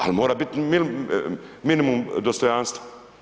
Ali, mora biti minimum dostojanstva.